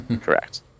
Correct